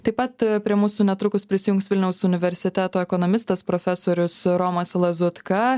taip pat prie mūsų netrukus prisijungs vilniaus universiteto ekonomistas profesorius romas lazutka